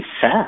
sad